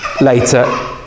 later